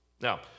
Now